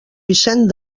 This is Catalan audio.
vicent